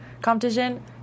competition